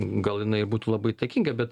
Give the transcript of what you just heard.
gal jinai ir būtų labai įtakinga bet